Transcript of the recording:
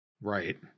Right